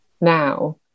now